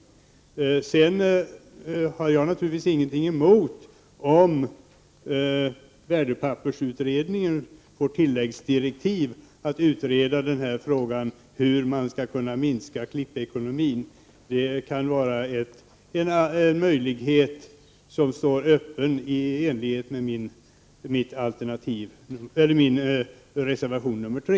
1988/89:44 Jag har vidare naturligtvis ingenting mot att värdepappersutredningen får 13 december 1988 tilläggsdirektiv att utreda frågan hur man skall kunna minska omfattningen. = sg av klippekonomin. Det är en möjlighet som står öppen vid bifall till vår reservation nr 3.